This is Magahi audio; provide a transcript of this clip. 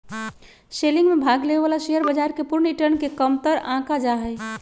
सेलिंग में भाग लेवे वाला शेयर बाजार के पूर्ण रिटर्न के कमतर आंका जा हई